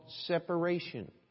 separation